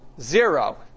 Zero